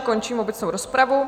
Končím obecnou rozpravu.